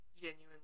genuinely